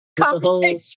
conversation